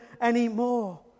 anymore